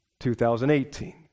2018